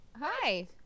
Hi